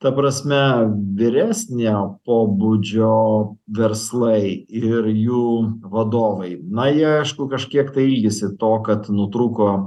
ta prasme vyresnio pobūdžio verslai ir jų vadovai na jie aišku kažkiek tai ilgisi to kad nutrūko